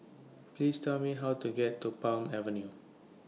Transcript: Please Tell Me How to get to Palm Avenue